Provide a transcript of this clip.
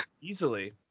easily